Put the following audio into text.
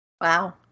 Wow